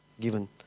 given